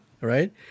Right